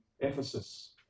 Ephesus